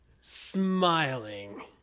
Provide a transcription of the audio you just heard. Smiling